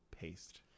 paste